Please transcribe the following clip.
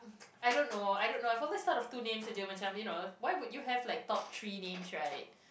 I don't know I don't know I follow these type of two names aje you know why would you have like top three names right